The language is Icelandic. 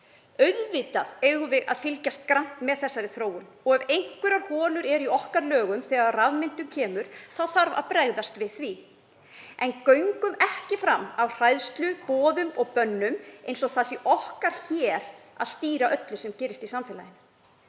Auðvitað eigum við að fylgjast grannt með þessari þróun. Ef einhverjar holur eru í lögum okkar þegar að rafmyntum kemur þarf að bregðast við því. En göngum ekki fram af hræðslu, boðum og bönnum eins og það sé okkar hér að stýra öllu sem gerist í samfélaginu.